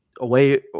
away